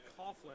Coughlin